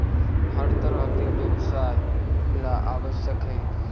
हर तरह के व्यवसाय ला आवश्यक हई